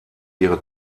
ihre